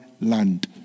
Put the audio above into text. land